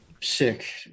sick